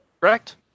Correct